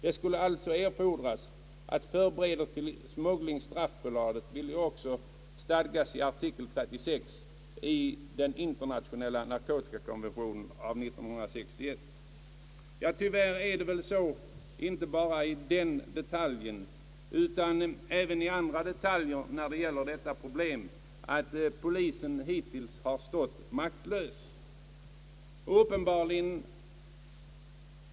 Det skulle alltså erfordras att förberedelse till smuggling straffbelades, vilket också stadgas i artikel 36 i den internationella narkotikakonventionen av år 1961.» Tyvärr måste man väl säga att polisen hittills har stått maktlös inte bara när det gäller denna detalj utan även andra detaljer av detta problem.